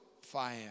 fire